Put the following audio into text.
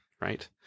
Right